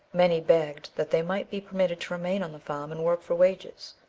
many begged that they might be permitted to remain on the farm and work for wages,